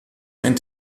ein